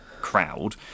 crowd